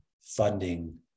funding